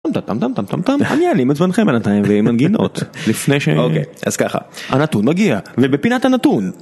טם טם טם טם טם טם טם טם, אני אנעים את זמנכם בינתיים ועם מנגינות, לפני ש.. אוקיי, אז ככה, הנתון מגיע, ובפינת הנתון..